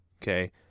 Okay